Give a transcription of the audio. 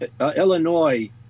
Illinois